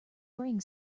bring